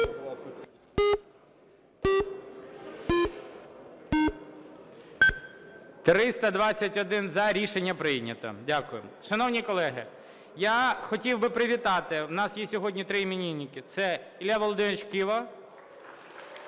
За-321 Рішення прийнято. Дякую. Шановні колеги, я хотів би привітати, у нас є сьогодні три іменинники – це Ілля Володимирович Кива